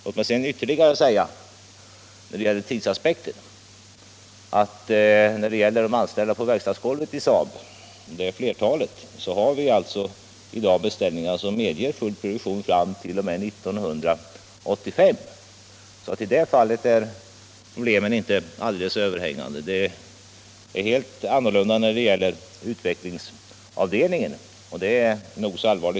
Låt mig säga ytterligare något beträffande tidsaspekten när det gäller de anställda på verkstadsgolvet i SAAB — och det är flertalet — att i dag finns beställningar som medger full produktion fram t.o.m. 1985. I det fallet är problemet inte alldeles överhängande. Det är helt annorlunda när det gäller utvecklingsavdelningen, och den frågan är nog så allvarlig.